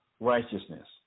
Righteousness